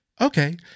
Okay